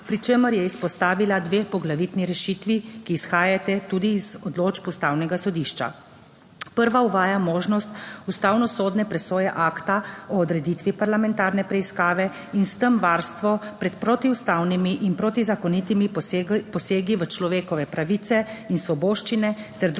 pri čemer je izpostavila dve poglavitni rešitvi, ki izhajata tudi iz odločb Ustavnega sodišča. Prva uvaja možnost ustavnosodne presoje akta o odreditvi parlamentarne preiskave in s tem varstvo pred protiustavnimi in protizakonitimi posegi v človekove pravice in svoboščine ter druge